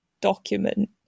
document